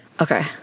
okay